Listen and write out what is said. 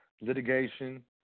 litigation